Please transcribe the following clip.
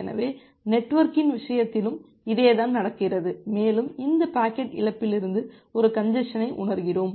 எனவே நெட்வொர்க்கின் விஷயத்திலும் இதேதான் நடக்கிறது மேலும் இந்த பாக்கெட் இழப்பிலிருந்து ஒரு கஞ்ஜசனை உணர்கிறோம்